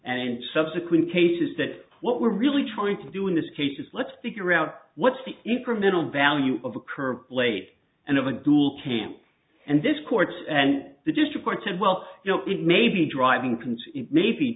and subsequent cases that what we're really trying to do in this case is let's figure out what's the incremental value of a curve late and have a dual camp and this courts and the just reported well you know it may be driving